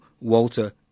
Walter